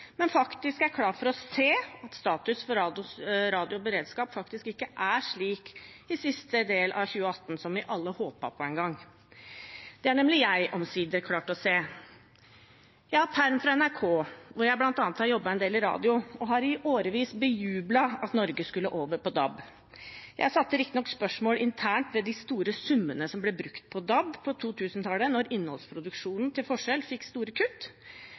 men er klar for å se at statusen for radioberedskapen i siste del av 2018 faktisk ikke er slik vi alle håpet på en gang. Det har nemlig jeg omsider klart å se. Jeg har permisjon fra NRK, hvor jeg bl.a. har jobbet en del i radio, og har i årevis bejublet at Norge skulle over på DAB. Jeg satte riktignok spørsmålstegn internt ved de store summene som ble brukt på DAB på 2000-tallet, da innholdsproduksjonen – til forskjell – fikk store kutt,